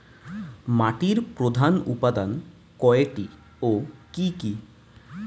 মাটির প্রধান উপাদান কয়টি ও কি কি?